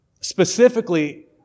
specifically